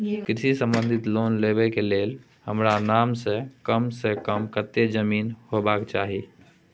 कृषि संबंधी लोन लेबै के के लेल हमरा नाम से कम से कम कत्ते जमीन होबाक चाही?